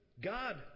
God